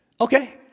Okay